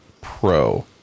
pro